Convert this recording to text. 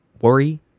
worry